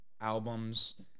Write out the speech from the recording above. albums